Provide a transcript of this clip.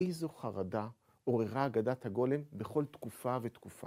איזו חרדה עוררה אגדת הגולם בכל תקופה ותקופה.